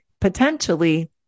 potentially